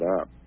up